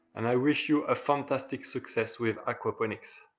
and i wish you a fantastic success with aquaponics.